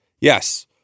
yes